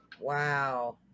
Wow